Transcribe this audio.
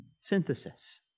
synthesis